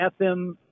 FM